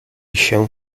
się